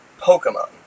Pokemon